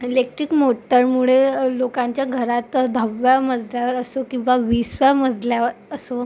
electric मोटरमुळे लोकांच्या घरात दहाव्या मजल्यावर असो किंवा विसव्या मजल्यावर असो